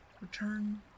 return